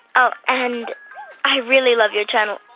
oh, and i really love your channel.